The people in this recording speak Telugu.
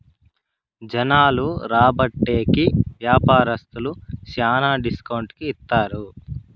జనాలు రాబట్టే కి వ్యాపారస్తులు శ్యానా డిస్కౌంట్ కి ఇత్తారు